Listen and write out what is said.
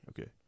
okay